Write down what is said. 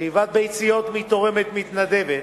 ששאיבת ביציות מתורמת מתנדבת,